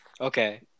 Okay